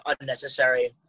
unnecessary